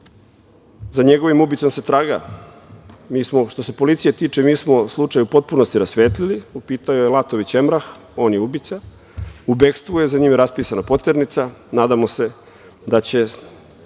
Za njegovim ubicom se traga. Što se policije tiče, mi smo slučaj u potpunosti rasvetlili. U pitanju je Latović Emrah. On je ubica. U bekstvu je. Za njim je raspisana poternica. Nadamo se da će